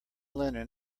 lennon